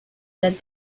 said